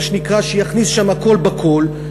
מה שנקרא שיכניס שם הכול בכול,